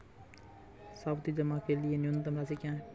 सावधि जमा के लिए न्यूनतम राशि क्या है?